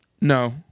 No